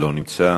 לא נמצא,